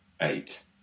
eight